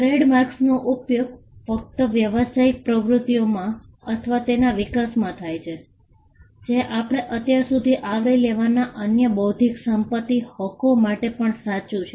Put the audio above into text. ટ્રેડમાર્ક્સનો ઉપયોગ ફક્ત વ્યવસાયિક પ્રવૃત્તિઓમાં અથવા તેના વિકાસમાં થાય છે જે આપણે અત્યાર સુધી આવરી લીધેલા અન્ય બૌદ્ધિક સંપત્તિ હકો માટે પણ સાચું છે